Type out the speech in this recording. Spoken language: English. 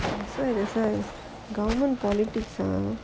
that's why government politics